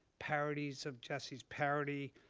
parodies of jesse's parody,